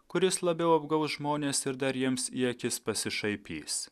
kuris labiau apgaus žmones ir dar jiems į akis pasišaipys